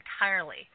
entirely